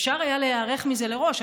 אפשר היה להיערך לזה מראש.